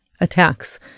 attacks